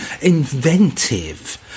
inventive